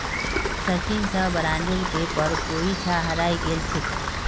सचिन स बॉन्डेर पेपर कोई छा हरई गेल छेक